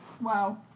Wow